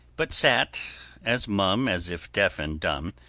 but sat as mum as if deaf and dumb,